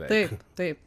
taip taip